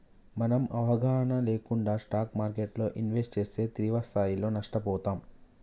మనం అవగాహన లేకుండా స్టాక్ మార్కెట్టులో ఇన్వెస్ట్ చేస్తే తీవ్రస్థాయిలో నష్టపోతాం